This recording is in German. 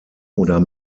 oder